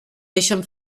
deixen